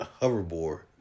hoverboard